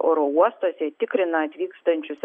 oro uostuose tikrina atvykstančius